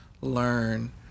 learn